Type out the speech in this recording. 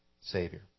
Savior